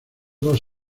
dos